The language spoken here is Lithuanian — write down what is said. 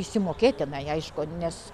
išsimokėtinai aišku nes